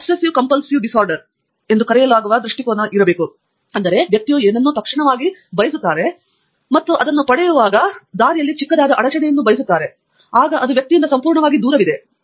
obsessive compulsive disorder ಎಂದು ಕರೆಯಲಾಗುವ ಏನಾದರೂ ವ್ಯಕ್ತಿಯು ಏನನ್ನೋ ತಕ್ಷಣವೇ ತುರ್ತಾಗಿ ಬಯಸುತ್ತಾರೆ ಮತ್ತು ನಂತರ ಚಿಕ್ಕದಾದ ಅಡಚಣೆಯನ್ನು ಬಯಸುತ್ತಾರೆ ಆಗ ಅದು ವ್ಯಕ್ತಿಯಿಂದ ಸಂಪೂರ್ಣವಾಗಿ ದೂರವಿದೆ